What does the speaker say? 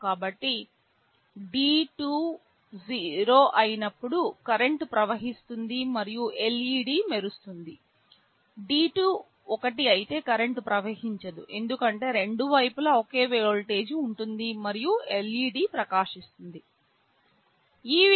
కాబట్టి D2 0 అయినప్పుడు current ప్రవహిస్తుంది మరియు LED మెరుస్తుంది D2 1 అయితే కరెంట్ ప్రవహించదు ఎందుకంటే రెండు వైపులా ఒకే వోల్టేజ్ ఉంటుంది మరియు LED ప్రకాశిస్తుంది